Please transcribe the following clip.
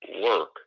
work